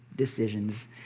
decisions